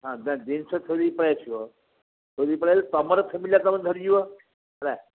ହଁ ନା ଜିନିଷ ଥୋଇଦେଇକି ପଳେଇ ଆସିବ ଥୋଇଦେଇକି ପଳେଇ ଆଇଲେ ତମର ଫ୍ୟାମିଲିଟା ତମେ ଧରିଯିବ ହେଲା